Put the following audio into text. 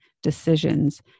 decisions